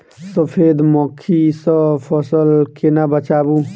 सफेद मक्खी सँ फसल केना बचाऊ?